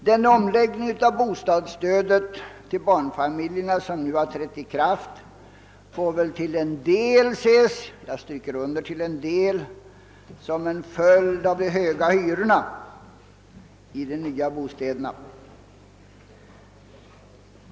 Den omläggning av bostadsstödet till barnfamiljerna som nu har trätt i kraft får väl till en del — jag stryker under till en del — ses som en följd av alt hyrorna i de nya bostäderna är så höga.